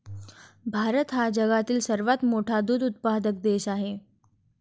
भारत हा जगातील सर्वात मोठा दूध उत्पादक देश आहे